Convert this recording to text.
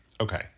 Okay